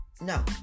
no